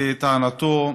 לטענתו,